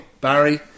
Barry